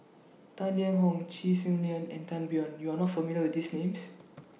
Tang Liang Hong Chee Swee Lee and Tan Biyun YOU Are not familiar with These Names